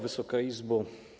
Wysoka Izbo!